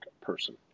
person